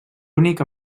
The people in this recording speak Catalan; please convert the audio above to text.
únic